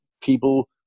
people